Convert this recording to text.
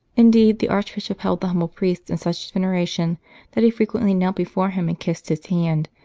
indeed, the archbishop held the humble priest in such venera tion that he frequently knelt before him and kissed his hand,